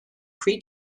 pre